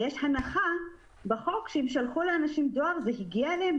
ויש הנחה בחוק שאם שלחו לאנשים דואר זה הגיע אליהם,